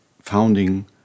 founding